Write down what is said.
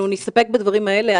אמונה, אנחנו נסתפק בדברים האלה.